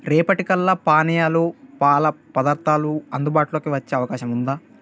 రేపటి కల్లా పానీయాలు పాల పదార్థాలు అందుబాటులోకి వచ్చే అవకాశం ఉందా